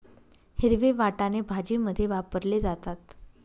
हिरवे वाटाणे भाजीमध्ये वापरले जातात